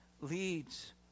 leads